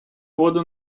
воду